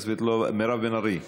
מירב בן ארי,